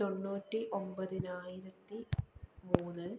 തൊണ്ണൂറ്റി ഒമ്പതിനായിരത്തി മൂന്ന്